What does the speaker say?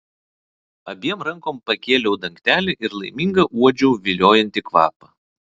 abiem rankom pakėliau dangtelį ir laiminga uodžiau viliojantį kvapą